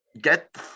get